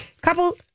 couple